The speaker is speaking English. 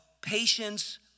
patience